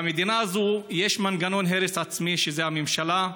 במדינה הזאת יש מנגנון הרס עצמי, שזה הממשלה,